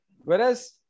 Whereas